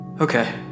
Okay